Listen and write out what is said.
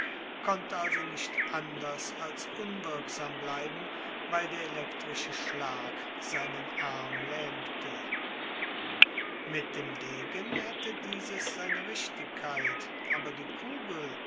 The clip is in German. konnte also nicht anders als unwirksam bleiben weil der elektrische schlag seinen arm lähmte mit dem degen hätte dieses seine richtigkeit aber die kugel